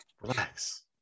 relax